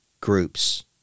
groups